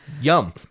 Yum